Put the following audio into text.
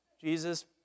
Jesus